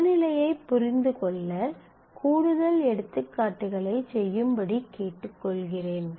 சமநிலையைப் புரிந்துகொள்ள கூடுதல் எடுத்துக்காட்டுகளைச் செய்யும்படி கேட்டுக்கொள்கிறேன்